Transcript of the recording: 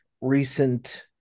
recent